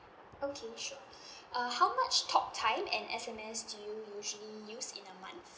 okay sure uh how much talk time and S_M_S do you usually use in a month